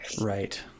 Right